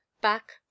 back